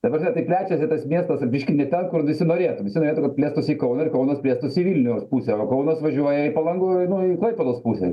ta prasme tai plečiasi tas miestas biškį ne ten kur visi norėtų visi norėtų kad plėstųsi į kauną ir kaunas plėstųsi į vilniaus pusę o kaunas važiuoja į palango nu į klaipėdos pusę